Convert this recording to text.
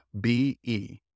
B-E